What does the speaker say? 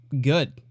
good